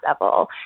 level